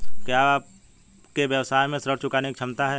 क्या आपके व्यवसाय में ऋण चुकाने की क्षमता है?